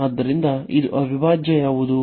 ಆದ್ದರಿಂದ ಇದು ಅವಿಭಾಜ್ಯ ಯಾವುದು